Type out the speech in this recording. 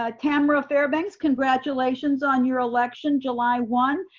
ah tamara fairbanks. congratulations on your election july one.